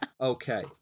Okay